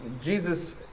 Jesus